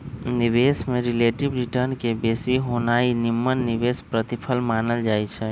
निवेश में relative return के बेशी होनाइ निम्मन निवेश प्रतिफल मानल जाइ छइ